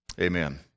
amen